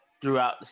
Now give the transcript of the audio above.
throughout